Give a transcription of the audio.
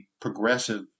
progressive